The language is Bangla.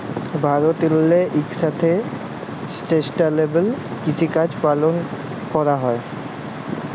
ভারতেল্লে ইকসাথে সাস্টেলেবেল কিসিকাজ পালল ক্যরা হ্যয়